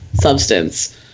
substance